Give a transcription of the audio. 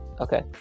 okay